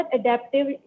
adaptive